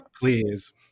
please